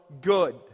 good